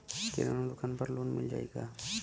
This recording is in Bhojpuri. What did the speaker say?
किराना दुकान पर लोन मिल जाई का?